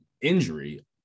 injury